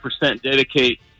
dedicate